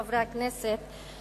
חברי הכנסת,